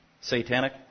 satanic